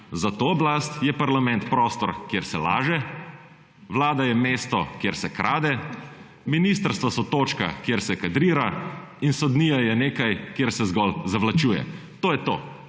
Za to oblast je parlament prostor, kjer se laže, vlada je mesto, kjer se krade, ministrstva so točka, kjer se kadrira, in sodnija je nekaj, kjer se zgolj zavlačuje. To je to.